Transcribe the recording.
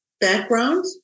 background